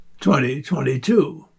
2022